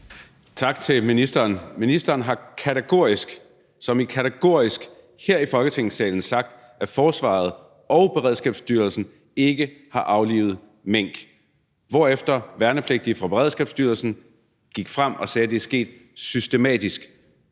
Tak til ministeren. Ministeren har kategorisk – som i kategorisk – her i Folketingssalen sagt, at forsvaret og Beredskabsstyrelsen ikke har aflivet mink, hvorefter værnepligtige fra Beredskabsstyrelsen gik frem og sagde, at det er sket systematisk.